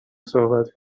صحبت